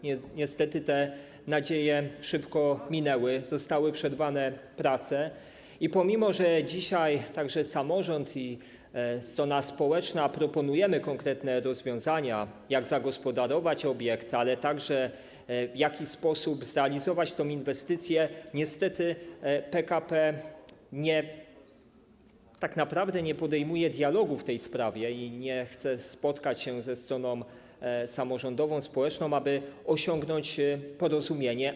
Niestety te nadzieje szybko minęły, zostały przerwane prace i pomimo że dzisiaj także jako samorząd i strona społeczna proponujemy konkretne rozwiązania, jak zagospodarować obiekt, ale także w jaki sposób zrealizować tę inwestycję, niestety PKP tak naprawdę nie podejmuje dialogu w tej sprawie i nie chce spotkać się ze stroną samorządową, społeczną, aby osiągnąć porozumienie.